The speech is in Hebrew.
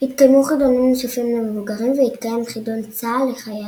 התקיימו חידונים נוספים למבוגרים והתקיים חידון צה"ל לחיילים.